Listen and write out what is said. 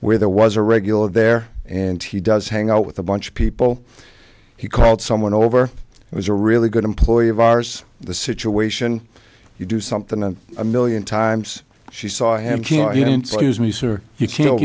where there was a regular there and he does hang out with a bunch of people he called someone over it was a really good employee of ours the situation you do something to a million times she saw and can use or you kill